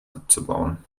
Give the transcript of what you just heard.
abzubauen